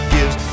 Gives